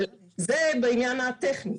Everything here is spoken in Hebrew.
אבל זה בעניין הטכני.